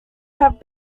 have